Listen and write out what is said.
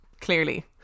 Clearly